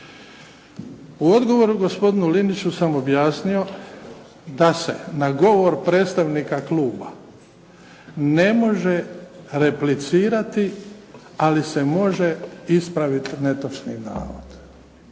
U odgovoru gospodinu Liniću sam objasnio da se na govor predstavnika kluba ne može replicirati, ali se može ispraviti netočni navod.